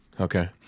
Okay